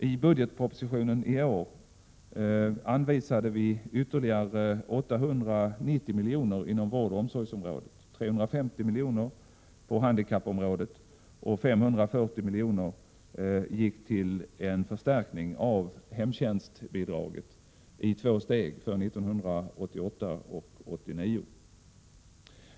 I budgetpropositionen i år anvisade vi ytterligare 890 milj.kr. inom vårdoch omsorgsområdet — 350 milj.kr. på handikappområdet och 540 milj.kr. till en förstärkning av hemtjänstbidraget i två steg för 1988 och 1989.